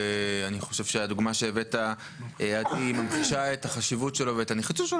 ואני חושב שהדוגמה שהבאת היא ממחישה את החשיבות שלו ואת הנחיצות שלו.